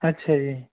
ਅੱਛਾ ਜੀ